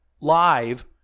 live